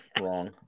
wrong